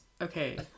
Okay